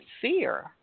fear